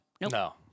No